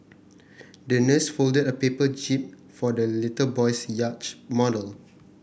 the nurse folded a paper jib for the little boy's yacht model